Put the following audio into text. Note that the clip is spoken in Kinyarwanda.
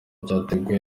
cyateguwe